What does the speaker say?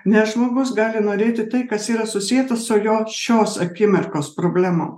nes žmogus gali norėti tai kas yra susieta su jo šios akimirkos problemom